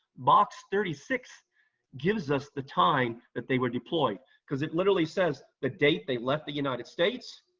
box thirty six gives us the time that they were deployed because it literally says the date they left the united states,